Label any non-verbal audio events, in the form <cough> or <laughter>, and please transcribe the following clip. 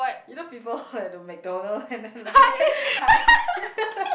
you know people at the McDonald and then like <laughs> hi